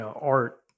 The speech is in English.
art